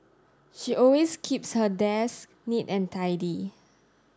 she always keeps her desk neat and tidy